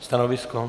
Stanovisko?